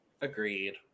Agreed